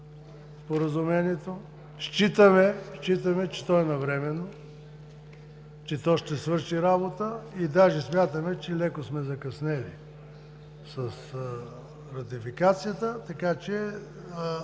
считаме, че то е навременно, че то ще свърши работа и даже смятаме, че леко сме закъснели с ратификацията. Ние